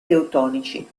teutonici